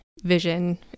vision